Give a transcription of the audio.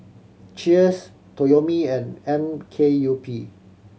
Cheers Toyomi and M K U P